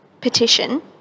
petition